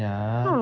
yeah